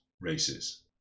races